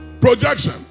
projection